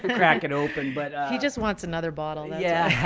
crack it open but he just wants another bottle. yeah,